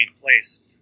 place